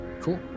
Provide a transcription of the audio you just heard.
Cool